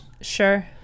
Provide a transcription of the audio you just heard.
Sure